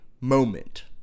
moment